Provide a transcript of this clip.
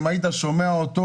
אם היית שומע אותו,